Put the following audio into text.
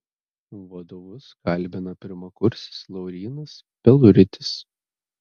vadovus kalbina pirmakursis laurynas peluritis